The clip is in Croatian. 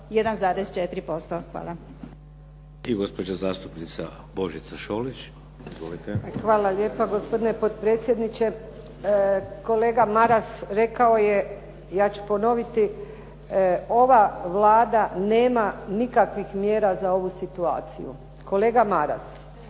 Božica Šolić. Izvolite. **Šolić, Božica (HDZ)** Hvala lijepa gospodine potpredsjedniče. Kolega Maras rekao je, ja ću ponoviti, ova Vlada nema nikakvih mjera za ovu situaciju. Kolega Maras,